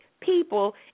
people